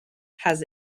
has